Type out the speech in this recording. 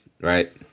Right